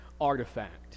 artifact